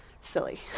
silly